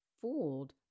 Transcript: fooled